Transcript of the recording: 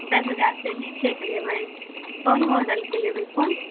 दस हजार सेॅं नीचे के लेबै कोन मॉडल के लेबै फोन